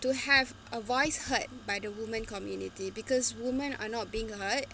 to have avoid hurt by the woman community because women are not being hurt